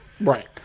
Right